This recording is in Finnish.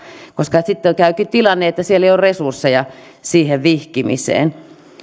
koska silloin tuleekin tilanne että siellä ei ole resursseja siihen vihkimiseen